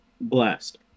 Blast